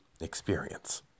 experience